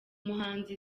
muhanzi